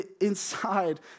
inside